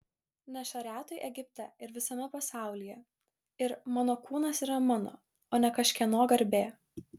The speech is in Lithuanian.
ne šariatui egipte ir visame pasaulyje ir mano kūnas yra mano o ne kažkieno garbė